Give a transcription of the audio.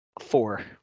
Four